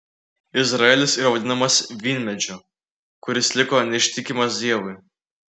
izraelis yra vadinamas vynmedžiu kuris liko neištikimas dievui